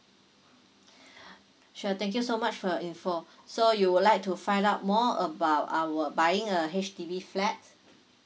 sure thank you so much for your info so you would like to find out more about our buying a H_D_B flat